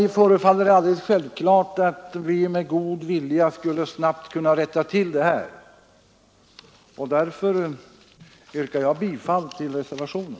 Det förefaller mig alldeles självklart att vi med litet god vilja snabbt skulle kunna rätta till denna svaghet i lagstiftningen, och därför yrkar jag bifall till reservationen.